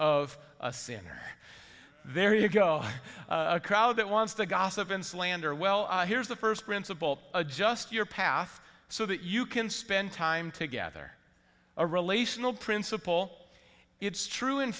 of a sinner there you go a crowd that wants to gossip and slander well here's the first principle adjust your path so that you can spend time together a relational principle it's true in